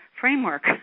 framework